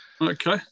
Okay